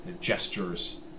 gestures